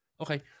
Okay